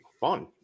fun